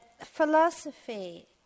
philosophy